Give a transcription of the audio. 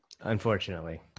Unfortunately